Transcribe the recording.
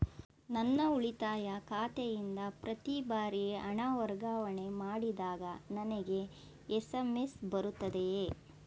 ನನ್ನ ಉಳಿತಾಯ ಖಾತೆಯಿಂದ ಪ್ರತಿ ಬಾರಿ ಹಣ ವರ್ಗಾವಣೆ ಮಾಡಿದಾಗ ನನಗೆ ಎಸ್.ಎಂ.ಎಸ್ ಬರುತ್ತದೆಯೇ?